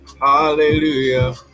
Hallelujah